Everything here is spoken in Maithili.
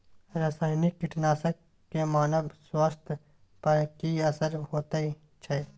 रसायनिक कीटनासक के मानव स्वास्थ्य पर की असर होयत छै?